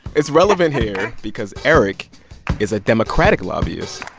it's relevant here because eric is a democratic lobbyist,